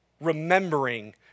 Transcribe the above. remembering